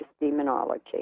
demonology